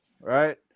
Right